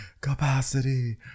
Capacity